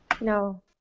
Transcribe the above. No